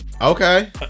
Okay